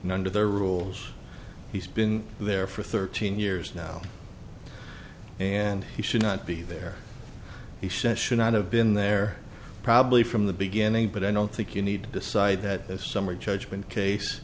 under their rules he's been there for thirteen years now and he should not be there he said should not have been there probably from the beginning but i don't think you need to decide that a summary judgment case